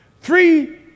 Three